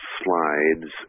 slides